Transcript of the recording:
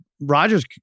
rogers